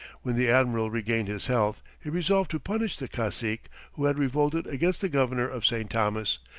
when the admiral regained his health he resolved to punish the cacique who had revolted against the governor of st. thomas,